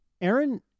Aaron